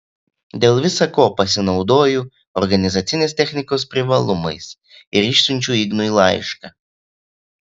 dėl visa ko pasinaudoju organizacinės technikos privalumais ir išsiunčiu ignui laišką